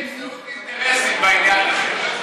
עקב זהות אינטרסים בעניין הזה.